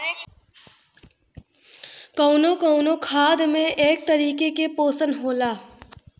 कउनो कउनो खाद में एक तरीके के पोशन होला